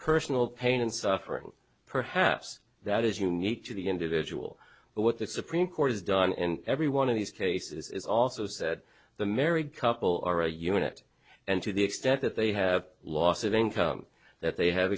personal pain and suffering perhaps that is unique to the individual but what the supreme court has done in every one of these cases is also said the married couple are a unit and to the extent that they have loss of income that they have